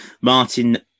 Martin